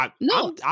No